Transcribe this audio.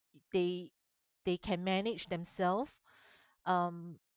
they they can manage themselves um